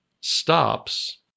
stops